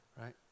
Right